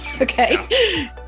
Okay